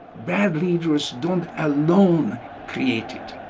bad leaders don't alone create it